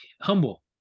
humble